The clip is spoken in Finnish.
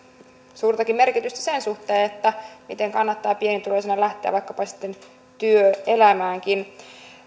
suurtakin merkitystä sen suhteen miten kannattaa pienituloisena lähteä vaikkapa sitten työelämäänkin